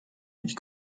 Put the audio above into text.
mich